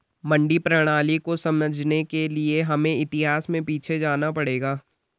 मंडी प्रणाली को समझने के लिए हमें इतिहास में पीछे जाना पड़ेगा